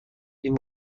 این